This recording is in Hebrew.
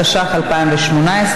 התשע"ח 2018,